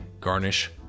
garnish